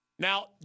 Now